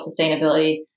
sustainability